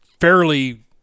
fairly –